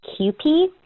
qp